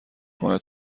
کنه